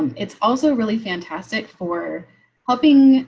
it's also really fantastic for helping